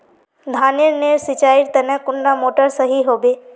धानेर नेर सिंचाईर तने कुंडा मोटर सही होबे?